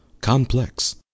complex